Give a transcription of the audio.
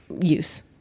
use